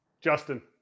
Justin